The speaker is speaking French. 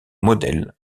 modèle